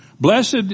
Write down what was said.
Blessed